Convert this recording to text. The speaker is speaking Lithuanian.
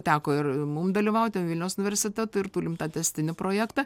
teko ir mum dalyvauti vilniaus universitetui ir turim tą tęstinį projektą